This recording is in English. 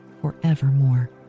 forevermore